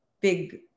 big